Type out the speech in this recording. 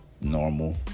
normal